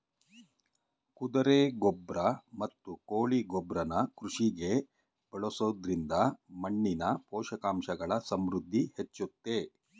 ಕುದುರೆ ಗೊಬ್ರ ಮತ್ತು ಕೋಳಿ ಗೊಬ್ರನ ಕೃಷಿಗೆ ಬಳಸೊದ್ರಿಂದ ಮಣ್ಣಿನ ಪೋಷಕಾಂಶಗಳ ಸಮೃದ್ಧಿ ಹೆಚ್ಚುತ್ತೆ